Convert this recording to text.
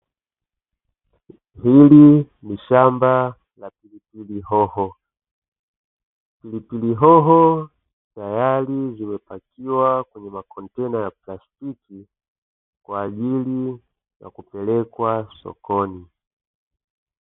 Hili ni shamba la pilipili hoho, pilipili hoho tayari zimepakiwa kwenye makontena ya plastiki kwa ajili ya kupelekwa sokoni.